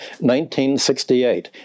1968